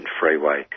Freeway